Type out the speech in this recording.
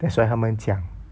that's why 他们讲